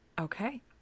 Okay